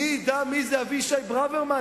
מי ידע מי זה אבישי ברוורמן,